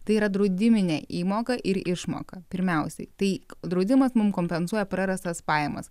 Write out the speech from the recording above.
tai yra draudiminė įmoka ir išmoka pirmiausiai tai draudimas mum kompensuoja prarastas pajamas